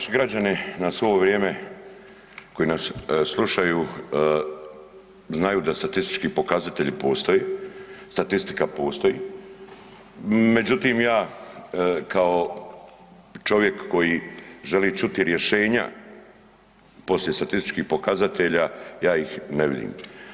Evo naši građani nas ovo vrijeme koji nas slušaju znaju da statistički pokazatelji postoje, statistika postoji, međutim ja kao čovjek koji želi čuti rješenja poslije statističkih pokazatelja ja ih ne vidim.